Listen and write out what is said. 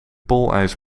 poolijs